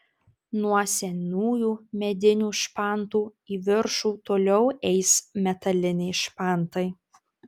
nuo senųjų medinių špantų į viršų toliau eis metaliniai špantai